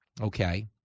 okay